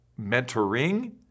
mentoring